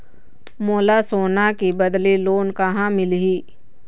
मोला सोना के बदले लोन कहां मिलही?